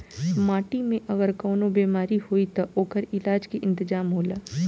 माटी में अगर कवनो बेमारी होई त ओकर इलाज के इंतजाम होला